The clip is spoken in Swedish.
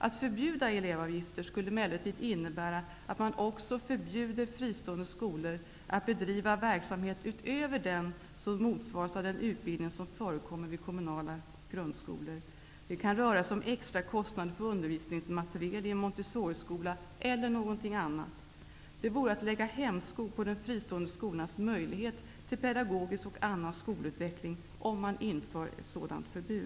Att förbjuda elevavgifter skulle emellertid innebära att man också förbjuder fristående skolor att bedriva verksamhet utöver den som motsvaras av den utbildning som förekommer vid kommunala grundskolor. Det kan röra sig om extra kostnader för undervisningsmateriel i en Montessoriskola eller någonting annat. Att införa ett sådant förbud vore att lägga hämsko på de fristående skolornas möjlighet till pedagogisk och annan utveckling.